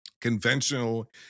conventional